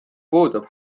puudub